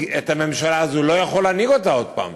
את הממשלה לא יכול להנהיג אותה עוד הפעם,